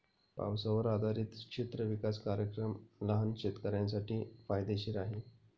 पावसावर आधारित क्षेत्र विकास कार्यक्रम लहान शेतकऱ्यांसाठी फायदेशीर आहे